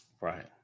Right